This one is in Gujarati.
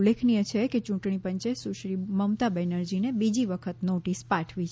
ઉલ્લેખનીય છે કે ચૂંટણી પંચે સુશ્રી મમતા બેનરજીને બીજી વખત નોટિસ પાઠવી છે